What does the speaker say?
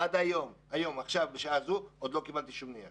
עד היום, עכשיו, בשעה זו, עוד ל קיבלתי כל נייר